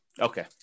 Okay